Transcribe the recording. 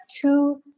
two